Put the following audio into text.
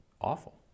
awful